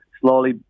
slowly